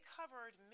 covered